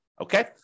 okay